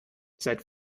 seit